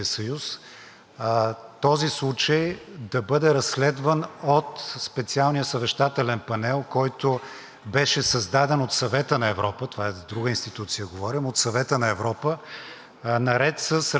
беше създаден от Съвета на Европа – това за друга институция говорим от Съвета на Европа, наред с разследването на случаите, в които бяха убити хора на Майдана и от двете страни.